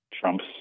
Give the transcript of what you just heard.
Trump's